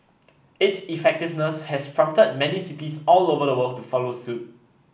its effectiveness has prompted many cities all over the world to follow suit